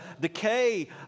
decay